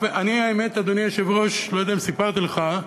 אדוני היושב-ראש, אני לא יודע אם סיפרתי לך,